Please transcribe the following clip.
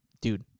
Dude